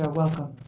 ah welcome.